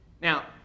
Now